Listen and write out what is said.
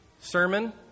sermon